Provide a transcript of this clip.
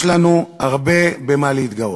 יש לנו הרבה במה להתגאות.